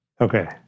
Okay